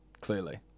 clearly